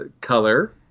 color